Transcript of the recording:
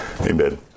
Amen